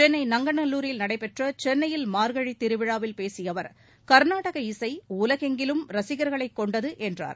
சென்னை நங்கநல்லூரில் நடைபெற்ற சென்னையில் மார்கழி திருவிழா வில் பேசிய அவர் கர்நாடக இசை உலகெங்கிலும் ரசிகர்களைக் கொண்டது என்றார்